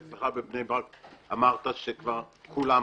ואצלך בבני ברק אמרת שכבר כולם